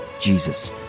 jesus